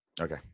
Okay